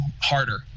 harder